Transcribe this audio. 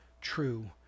true